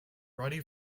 roddy